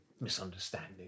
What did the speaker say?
misunderstanding